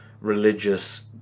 religious